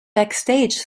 backstage